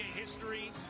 history